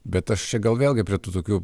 bet aš čia gal vėlgi prie tų tokių